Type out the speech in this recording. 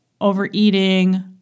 overeating